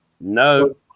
No